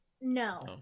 No